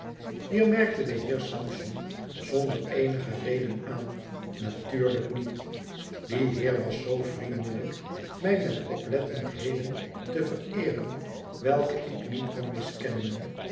hier merkte de heer sampson zonder eenige reden aan natuurlijk niet die heer was zoo vriendelijk mij met oplettendheden te vereeren welke ik niet kon miskennen